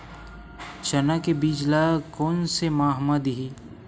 चना के बीज ल कोन से माह म दीही?